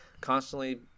constantly